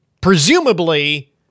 Presumably